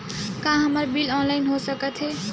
का हमर bill online हो सकत हे?